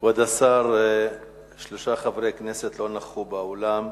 כבוד השר, שלושה חברי כנסת לא נכחו באולם: